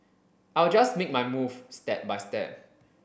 I will just make my move step by step